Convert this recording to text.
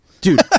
Dude